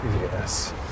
yes